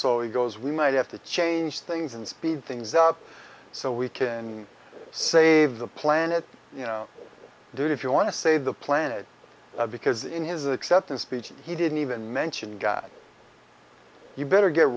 so he goes we might have to change things and speed things up so we can save the planet you know do it if you want to save the planet because in his acceptance speech he didn't even mention god you better get